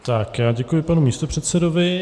Tak, já děkuji panu místopředsedovi.